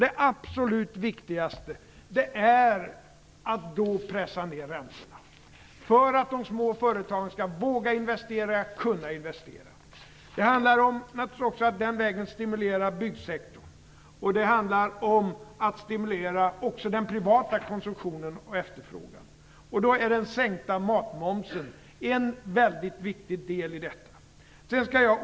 Det absolut viktigaste är då att pressa ned räntorna - för att de små företagen skall våga och kunna investera. Det handlar naturligtvis också om att den vägen stimulera byggsektorn, och det handlar om att stimulera också den privata konsumtionen och efterfrågan. Den sänkta matmomsen är en väldigt viktig del i detta.